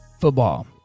football